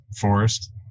forest